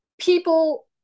people